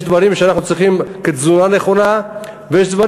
יש דברים שאנחנו צורכים כתזונה נכונה ויש דברים,